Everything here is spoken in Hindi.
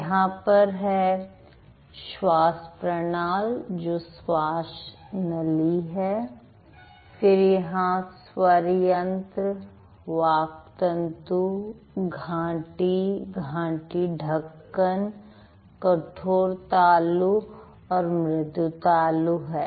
यहां पर है श्वास प्रणाल जो श्वास नली है फिर यहां स्वर यंत्र वाक् तंतु घांटी घांटी ढक्कन कठोर तालु और मृदु तालु हैं